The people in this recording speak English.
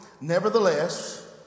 Nevertheless